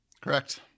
Correct